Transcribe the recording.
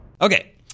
okay